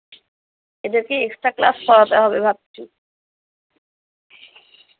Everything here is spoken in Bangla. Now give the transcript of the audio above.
এদেরকে এক্সট্রা ক্লাস করাতে হবে ভাবছি